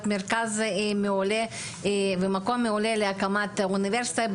מרכז מעולה ומקום מעולה להקמת האוניברסיטה,